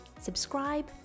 subscribe